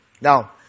Now